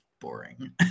boring